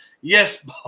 yes